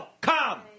come